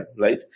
right